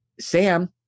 Sam